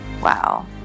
wow